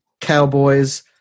Cowboys